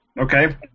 Okay